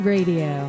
Radio